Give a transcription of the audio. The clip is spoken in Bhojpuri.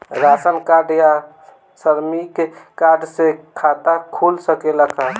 राशन कार्ड या श्रमिक कार्ड से खाता खुल सकेला का?